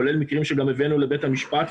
כולל מקרים שגם הבאנו לבית המשפט,